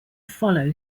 follow